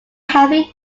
healthy